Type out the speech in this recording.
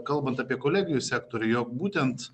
kalbant apie kolegijų sektorių jog būtent